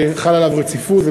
חלה עליו רציפות,